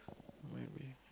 maybe